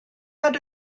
nad